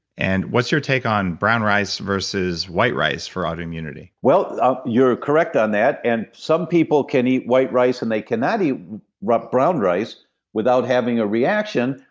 and what's your take on brown rice versus white rice for autoimmunity? well, ah you're correct on that. and some people can eat white rice and they cannot eat brown rice without having a reaction,